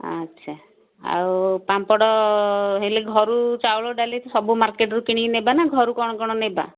ଆଚ୍ଛା ଆଉ ପାମ୍ପଡ଼ ହେଲେ ଘରୁ ଚାଉଳ ଡାଲି ସବୁ ମାର୍କେଟ୍ରୁ କିଣିକି ନେବା ନା ଘରୁ କ'ଣ କ'ଣ ନେବା